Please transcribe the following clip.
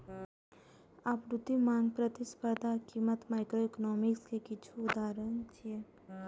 आपूर्ति, मांग, प्रतिस्पर्धा आ कीमत माइक्रोइकोनोमिक्स के किछु उदाहरण छियै